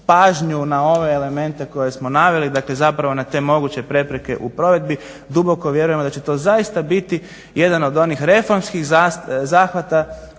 pažnju na ove elemente koje smo naveli, dakle zapravo na te moguće prepreke u provedbi. Duboko vjerujemo da će to zaista biti jedan od onih reformskih zahvata